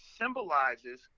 symbolizes